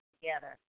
together